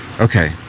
Okay